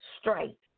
straight